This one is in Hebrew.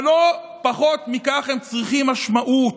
אבל לא פחות מכך הם צריכים משמעות.